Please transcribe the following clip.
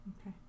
Okay